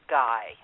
guy